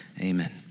Amen